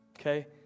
Okay